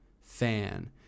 fan